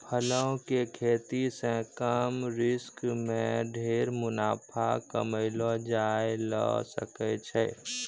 फलों के खेती सॅ कम रिस्क मॅ ढेर मुनाफा कमैलो जाय ल सकै छै